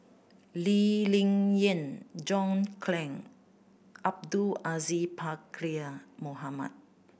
Lee Ling Yen John Clang Abdul Aziz Pakkeer Mohamed